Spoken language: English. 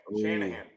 Shanahan